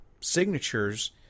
signatures